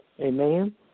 Amen